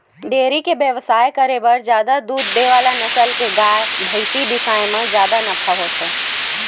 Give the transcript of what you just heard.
dairy के बेवसाय करे बर जादा दूद दे वाला नसल के गाय, भइसी बिसाए म जादा नफा होथे